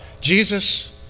Jesus